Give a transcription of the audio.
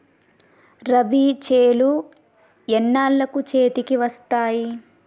రబీ చేలు ఎన్నాళ్ళకు చేతికి వస్తాయి?